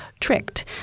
tricked